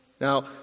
Now